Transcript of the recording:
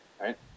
Right